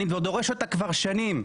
אני דורש אותה כבר שנים.